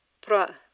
pra